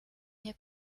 hier